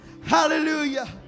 Hallelujah